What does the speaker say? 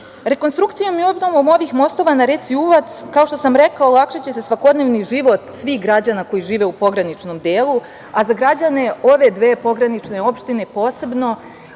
mesta. Rekonstrukcijom i obnovom ovih mostova na reci Uvac, kao što sam rekla, olakšaće se svakodnevni život svih građana koji žive u pograničnom delu, a za građane ove dve pogranične opštine posebno.